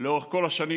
לאורך כל השנים,